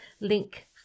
link